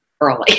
early